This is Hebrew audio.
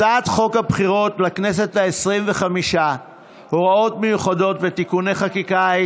הצעת חוק הבחירות לכנסת העשרים-וחמש (הוראות מיוחדות ותיקוני חקיקה),